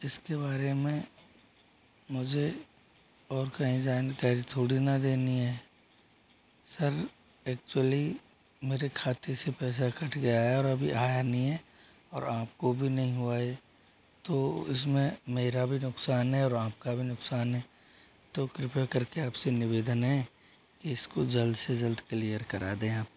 इसके बारे में मुझे और कहीं जानकारी थोड़ी ना देनी है सर एक्चुअली मेरे खाते से पैसा कट गया है और अभी आया नहीं है और आपको भी नहीं हुआ है तो इसमें मेरा भी नुकसान है और आपका भी नुकसान है तो कृपया करके आपसे निवेदन हैं कि इसको जल्द से जल्द किलीयर करा दें आप